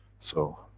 so,